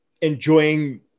enjoying